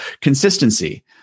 consistency